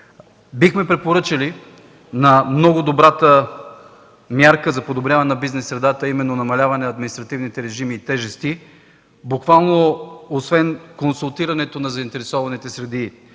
Бихме препоръчали на много добрата мярка за подобряване на бизнес средата, а именно, намаляване на административните режими и тежести, буквално освен консултирането на заинтересованите среди,